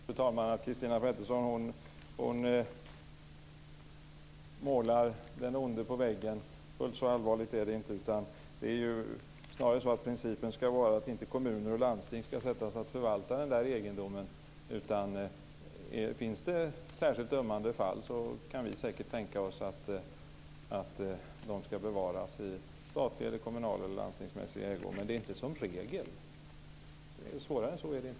Fru talman! Christina Pettersson målar den onde på väggen. Fullt så allvarligt är det inte. Snarare ska principen vara den att det inte är kommuner och landsting som ska sättas att förvalta sådan här egendom. Finns det särskilt ömmande fall kan vi säkert tänka oss att den ska bevaras i statlig, kommunal eller landstingsmässig ägo, men så ska inte ske som regel. Svårare än så är det inte.